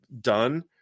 done